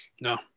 No